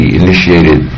initiated